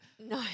No